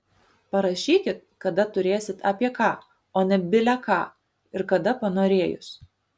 parašykit kada turėsit apie ką o ne bile ką ir kada panorėjus